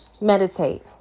Meditate